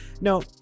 no